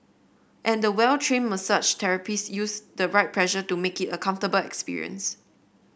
and the well train massage therapist use the right pressure to make it a comfortable experience